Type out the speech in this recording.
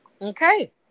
Okay